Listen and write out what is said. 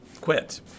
quit